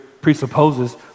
presupposes